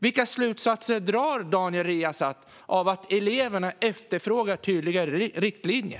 Vilka slutsatser drar Daniel Riazat av att eleverna efterfrågar tydligare riktlinjer?